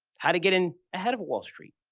how to get in ahead of wall street,